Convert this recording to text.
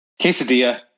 quesadilla